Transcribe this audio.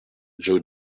joe